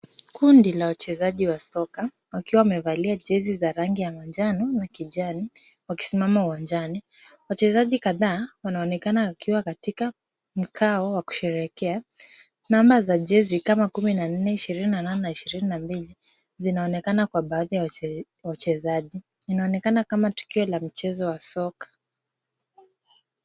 Kundi la wachezaji wa soka wakiwa wamevalia jezi za rangi ya manjano na kijani wakisimama uwanjani. Wachezaji kadhaa wanaonekana wakiwa katika mkao wa kusherehekea. Namba za jezi kama kumi na nne, ishirini na nane na ishirini na mbili zinaonekana kwa baadhi ya wachezaji. Linaonekana kama tukio la mchezo wa soka.